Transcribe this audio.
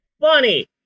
funny